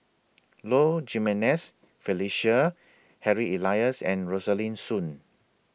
Low Jimenez Felicia Harry Elias and Rosaline Soon